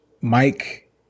Mike